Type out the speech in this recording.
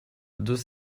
deux